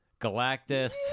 Galactus